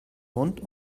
mund